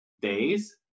days